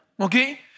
Okay